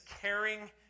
caring